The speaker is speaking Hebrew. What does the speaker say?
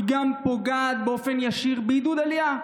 היא גם פוגעת באופן ישיר בעידוד עלייה.